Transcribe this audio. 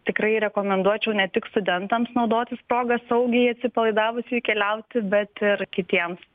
tikrai rekomenduočiau ne tik studentams naudotis proga saugiai atsipalaidavusiai keliauti bet ir kitiems